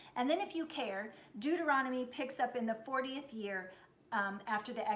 and then if you care deuteronomy picks up in the fortieth year after the,